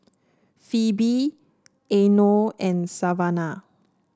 Phebe Eino and Savanah